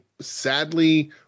Sadly